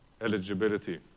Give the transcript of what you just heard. eligibility